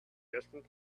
distant